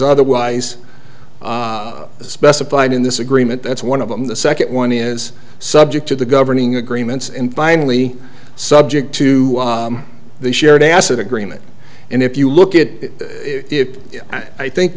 otherwise specified in this agreement that's one of them the second one is subject to the governing agreements and finally subject to the shared asset agreement and if you look at it i think